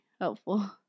helpful